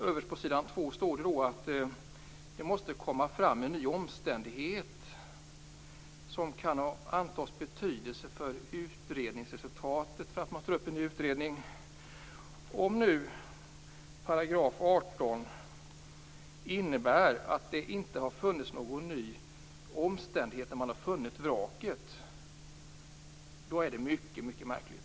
Överst på s. 2 står det att det måste komma fram en ny omständighet som kan antas ha betydelse för utredningsresultatet för att man skall återuppta en utredning. Om 18 § innebär att det inte är någon ny omständighet när man har funnit vraket, då är det mycket märkligt.